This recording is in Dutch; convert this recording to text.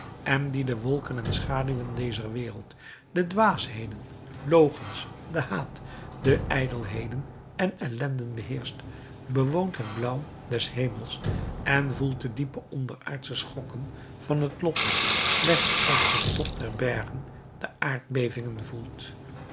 en die de wolken en schaduwen dezer wereld de dwaasheden logens den haat de ijdelheden en ellenden beheerscht bewoont het blauw des hemels en voelt de diepe onderaardsche schokken van het lot slechts als de top der bergen de aardbevingen voelt